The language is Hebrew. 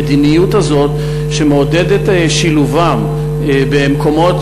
המדיניות הזאת שמעודדת שילובם במקומות,